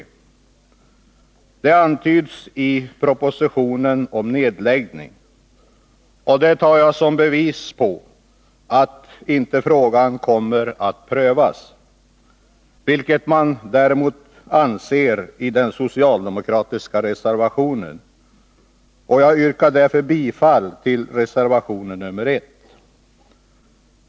I propositionen antyds att det blir en nedläggning, och det tar jag som bevis på att frågan inte kommer att prövas. De socialdemokratiska reservanterna i utskottet anser emellertid att en sådan prövning måste göras, och jag yrkar bifall till reservation nr 1.